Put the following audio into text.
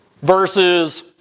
versus